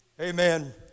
amen